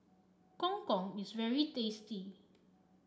Gong Gong is very tasty